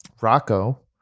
Rocco